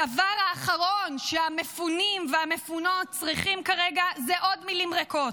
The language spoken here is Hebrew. הדבר האחרון שהמפונים והמפונות צריכים כרגע הוא עוד מילים ריקות.